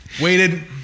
Waited